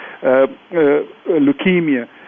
leukemia